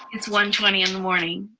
it's one twenty in the morning.